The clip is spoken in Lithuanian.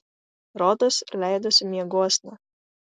rodos leidosi mieguosna